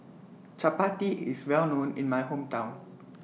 Chapati IS Well known in My Hometown